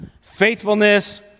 faithfulness